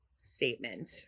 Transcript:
statement